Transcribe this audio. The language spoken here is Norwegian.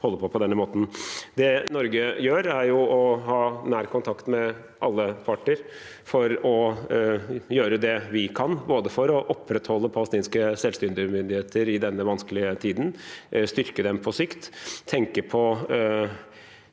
Det Norge gjør, er å ha nær kontakt med alle parter for å gjøre det vi kan for å opprettholde palestinske selvstyremyndigheter i denne vanskelige tiden, styrke dem på sikt og tenke på